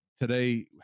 today